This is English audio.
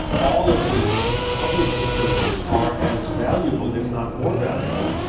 all of these public facilities are as valuable, if not more valuable,